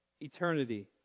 eternity